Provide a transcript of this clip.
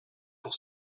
pour